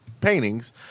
paintings